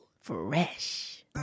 Fresh